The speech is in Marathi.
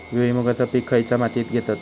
भुईमुगाचा पीक खयच्या मातीत घेतत?